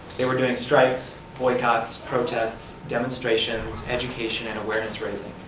they were doing strikes, boycotts, protests, demonstrations, education and awareness raising,